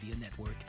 network